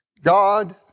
God